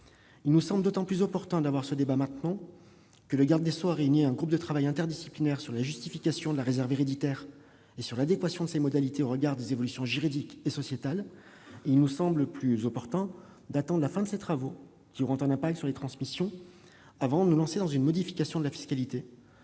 il serait d'autant moins opportun de mener ce débat maintenant que la garde des sceaux a réuni un groupe de travail interdisciplinaire appelé à se pencher sur la justification de la réserve héréditaire et sur l'adéquation de ses modalités aux évolutions juridiques et sociales. Il nous semble plus judicieux d'attendre la fin de ces travaux, qui auront un impact sur les transmissions, avant de nous lancer dans une modification de la fiscalité